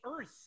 earth